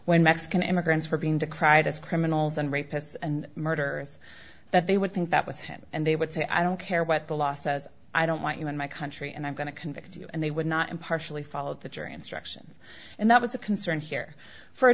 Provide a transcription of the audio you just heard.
when mexican immigrants were being decried as criminals and rapists and murderers that they would think that with him and they would say i don't care what the law says i don't want you in my country and i'm going to convict you and they would not impartially follow the jury instruction and that was a concern here for a